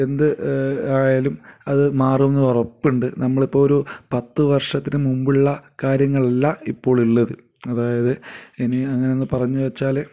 എന്ത് ആയാലും അതു മാറുമെന്നത് ഉറപ്പുണ്ട് നമ്മളിപ്പോൾ ഒരു പത്തു വർഷത്തിനു മുൻപുള്ള കാര്യങ്ങളല്ല ഇപ്പോളുളളത് അതായത് ഇനി അങ്ങനൊന്നു പറഞ്ഞു വെച്ചാൽ